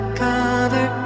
cover